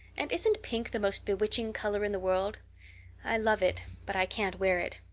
and isn't pink the most bewitching color in the world i love it, but i can't wear it.